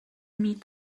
meet